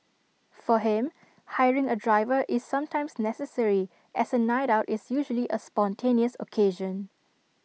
for him hiring A driver is sometimes necessary as A night out is usually A spontaneous occasion